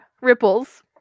ripples